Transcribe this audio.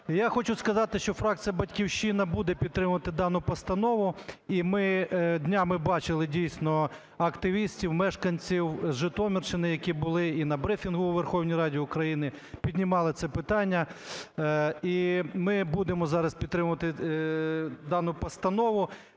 Я хочу сказати, що фракція "Батьківщина" буде підтримувати дану постанову. І ми днями бачили, дійсно, активістів - мешканців Житомирщини, які були і на брифінгу у Верховній Раді України, піднімали це питання. І ми будемо зараз підтримувати дану постанову.